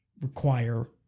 require